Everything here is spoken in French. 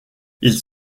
ils